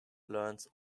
learns